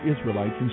Israelites